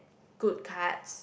good cards